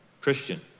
Christian